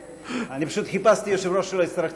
אני פשוט חיפשתי יושב-ראש שלא יצטרך תרגום.